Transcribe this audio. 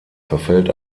verfällt